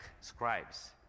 scribes